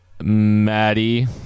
Maddie